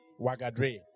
wagadre